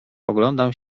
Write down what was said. oglądam